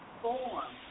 form